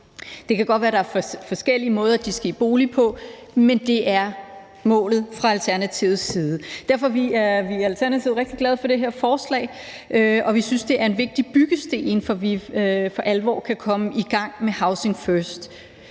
Det kan godt være, at der er forskellige måder, som de skal i bolig på, men det er målet fra Alternativets side. Derfor er vi i Alternativet rigtig glade for det her forslag, og vi synes, det er en vigtig byggesten, til at vi for alvor kan komme i gang med housing first.